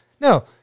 No